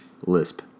lisp